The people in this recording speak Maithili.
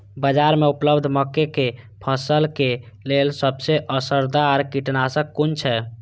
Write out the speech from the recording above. बाज़ार में उपलब्ध मके के फसल के लेल सबसे असरदार कीटनाशक कुन छै?